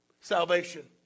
salvation